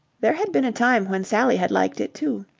there had been a time when sally had liked it, too.